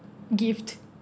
gift